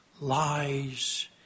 lies